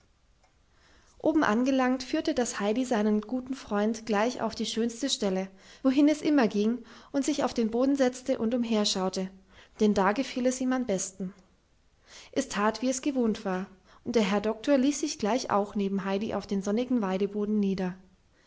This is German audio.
oben angelangt führte das heidi seinen guten freund gleich auf die schönste stelle wohin es immer ging und sich auf den boden setzte und umherschaute denn da gefiel es ihm am besten es tat wie es gewohnt war und der herr doktor ließ sich gleich auch neben heidi auf den sonnigen weideboden nieder